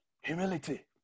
Humility